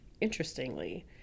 Interestingly